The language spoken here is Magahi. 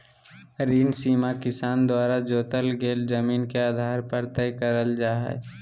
ऋण सीमा किसान द्वारा जोतल गेल जमीन के आधार पर तय करल जा हई